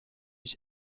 ich